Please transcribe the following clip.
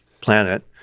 planet